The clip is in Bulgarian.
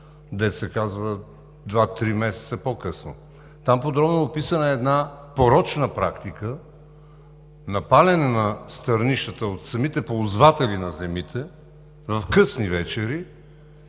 дето се казва. Там подробно е описана една порочна практика на палене на стърнищата от самите ползватели на земите в късни вечери